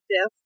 death